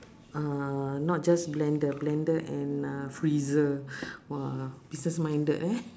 uh not just blender blender and a freezer !wah! business minded eh